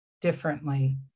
differently